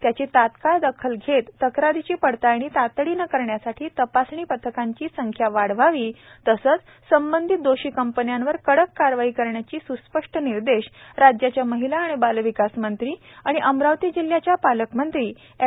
त्याची तत्काळ दखल घेत तक्रारीची पडताळणी तातडीने करण्यासाठी तपासणी पथकाची संख्या वाढवावी तसेच संबंधित दोषी कंपन्यांवर कडक कारवाई करण्याची स्स्पष्ट निर्देश राज्याच्या महिला आणि बालविकास मंत्री तथा अमरावती जिल्ह्याच्या पालकमंत्री अँड